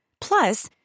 Plus